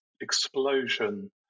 explosion